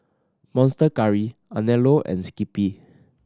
Monster Curry Anello and Skippy